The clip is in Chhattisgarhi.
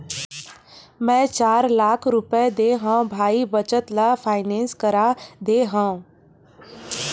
मै चार लाख रुपया देय हव भाई बचत ल फायनेंस करा दे हँव